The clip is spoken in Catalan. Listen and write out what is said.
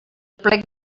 plec